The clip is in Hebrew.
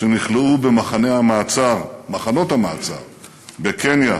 שנכלאו במחנות המעצר בקניה,